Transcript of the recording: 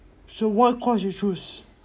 so what course you choose